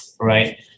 right